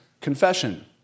confession